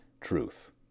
truth